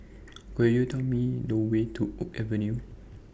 Could YOU Tell Me The Way to Oak Avenue